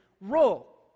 role